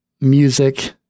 music